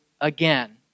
again